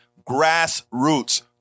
grassroots